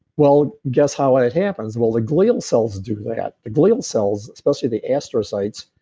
well, guess how and it happens? well, the glial cells do that. the glial cells especially the astrocytes,